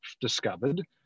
discovered